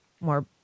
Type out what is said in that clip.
more